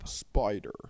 Spider